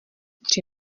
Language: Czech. tři